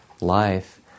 life